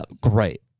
great